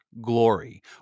glory